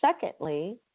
secondly